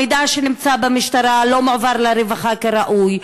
המידע שנמצא במשטרה לא מועבר לרווחה כראוי,